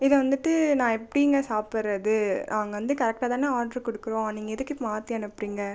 இதை வந்துட்டு நான் எப்படிங்க சாப்பிடறது நாங்கள் வந்து கரெக்டாகதானே ஆர்டர் கொடுக்கிறோம் நீங்கள் எதுக்கு இப் மாற்றி அனுப்புறீங்க